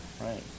right